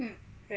mm